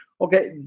Okay